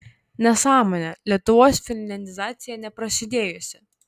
nesąmonė lietuvos finliandizacija neprasidėjusi